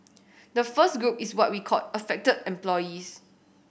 the first group is what we called affected employees